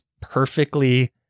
perfectly-